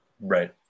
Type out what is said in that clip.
Right